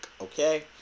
okay